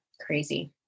Crazy